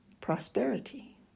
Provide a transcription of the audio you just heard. prosperity